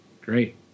Great